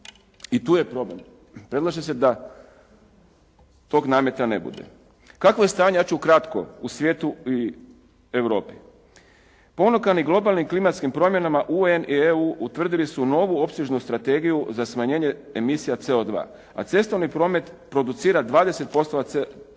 I tu je problem. Predlaže se da tog nameta ne bude. Kakvo je stanje ja ću kratko u svijetu i Europi. Ponukani globalnim klimatskim promjenama UN i EU utvrdili su novu opsežnu strategiju za smanjenje emisija CO2, a cestovni promet producira 20% CO2